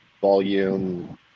volume